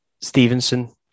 Stevenson